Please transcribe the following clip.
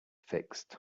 fixed